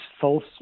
false